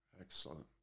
Excellent